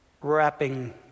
wrapping